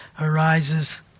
arises